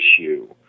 issue